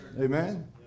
Amen